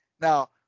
Now